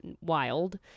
wild